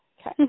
Okay